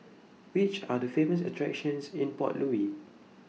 Which Are The Famous attractions in Port Louis